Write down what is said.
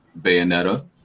Bayonetta